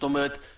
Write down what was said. אבל זה כתוב בחוק,